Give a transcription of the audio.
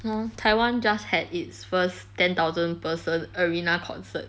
ah taiwan just had its first ten thousand person arena concert